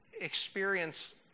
experience